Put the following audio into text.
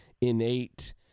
innate